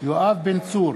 יואב בן צור,